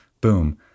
boom